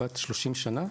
בת 30 שנה,